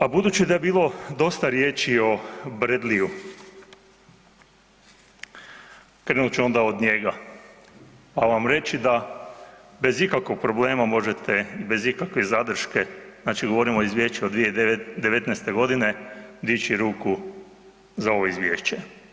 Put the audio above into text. A budući da je bilo dosta riječi o Bradleyju, krenut ću onda od njega pa vam reći da bez ikakvog problema možete i bez ikakve zadrške, znači govorimo o izvješću 2019. g., dići ruku za ovo izvješće.